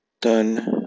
done